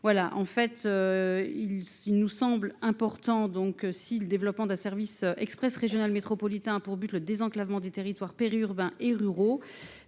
Voilà en fait Il nous semble important donc, si le développement d'un service Euh express régional métropolitain a pour but le désenclavement des territoires périurbains et ruraux